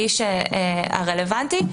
האיש הרלוונטי,